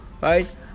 right